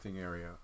area